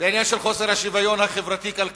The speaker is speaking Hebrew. בעניין של חוסר השוויון החברתי-כלכלי.